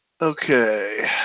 Okay